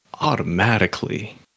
automatically